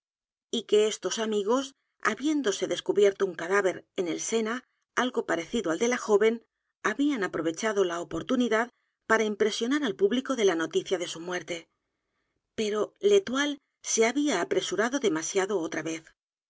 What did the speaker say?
y que estos amigos habiéndose descubierto u n cadáver en el sena algo parecido al de la joven habían aprovechado la oportunidad para impresionar al público con la noticia de su muerte pero l'étoile se había apresurado demasiado otra vez